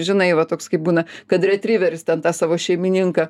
žinai va toks kaip būna kad retriveris ten tą savo šeimininką